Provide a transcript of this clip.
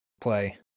play